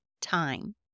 time